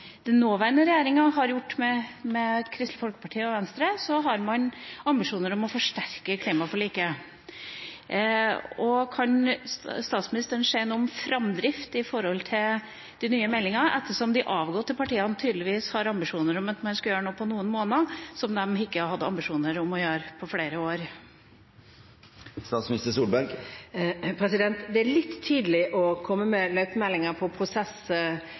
har gjort med Kristelig Folkeparti og Venstre, har man ambisjoner om å forsterke klimaforliket. Kan statsministeren si noe om framdrift når det gjelder den nye meldinga, ettersom de avgåtte partiene tydeligvis har ambisjoner om at man i løpet av noen måneder skal gjøre noe som de ikke hadde ambisjoner om å gjøre på flere år? Det er litt tidlig å komme med løypemeldinger